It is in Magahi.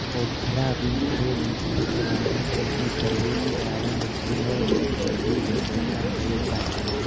ओफ्रा विनफ्रे वित्तीय प्रबंधन के इ प्रयोग के आरंभ चरणबद्ध तरीका में कैइल जा हई